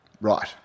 Right